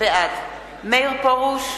בעד מאיר פרוש,